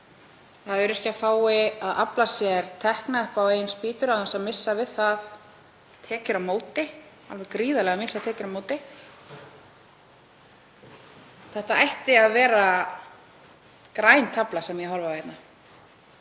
að öryrkjar fái að afla sér tekna upp á eigin spýtur án þess að missa við það tekjur á móti, alveg gríðarlega miklar tekjur á móti. Þetta ætti að vera græn tafla sem ég horfi á hérna.